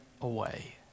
away